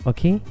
Okay